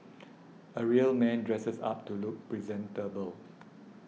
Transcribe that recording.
a real man dresses up to look presentable